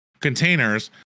containers